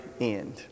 end